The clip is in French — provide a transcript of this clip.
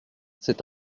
c’est